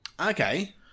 Okay